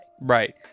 Right